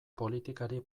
politikari